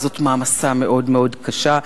וזאת מעמסה מאוד מאוד קשה.